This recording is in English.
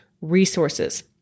resources